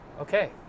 Okay